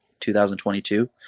2022